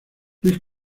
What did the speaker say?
luis